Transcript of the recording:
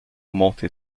monter